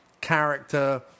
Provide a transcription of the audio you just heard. character